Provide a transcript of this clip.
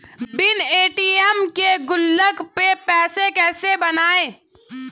बिना ए.टी.एम के Google Pay कैसे बनायें?